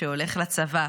שהולך לצבא,